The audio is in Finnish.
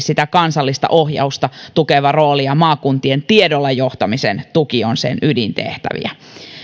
kansallista ohjausta tukeva rooli ja maakuntien tiedolla johtamisen tuki on sen ydintehtäviä